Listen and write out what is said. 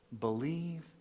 Believe